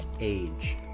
age